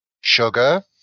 sugar